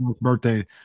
birthday